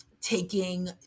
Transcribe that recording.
taking